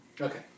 Okay